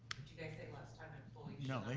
did you guys say last time employees no,